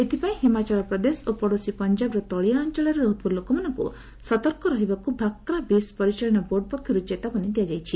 ଏଥିପାଇଁ ହିମାଚଳ ପ୍ରଦେଶ ଓ ପଡୋଶୀ ପଞ୍ଜାବର ତଳିଆ ଅଞ୍ଚଳରେ ରହୁଥିବା ଲୋକମାନଙ୍କୁ ସତର୍କ ରହିବାକୁ ଭାକ୍ରା ବିସ୍ ପରିଚାଳନା ବୋର୍ଡ ପକ୍ଷରୁ ଚେତାବତୀ ଦିଆଯାଇଛି